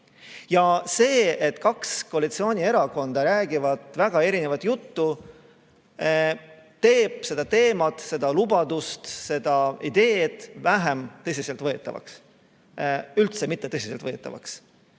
Ja see, et kaks koalitsioonierakonda räägivad väga erinevat juttu, teeb selle lubaduse, selle idee vähem tõsiselt võetavaks, õieti üldse mitte tõsiselt võetavaks.